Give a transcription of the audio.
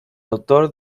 autor